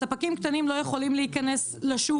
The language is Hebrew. ספקים קטנים לא יכולים להיכנס לשוק,